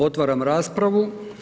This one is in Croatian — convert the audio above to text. Otvaram raspravu.